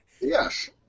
Yes